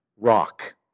rock